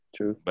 True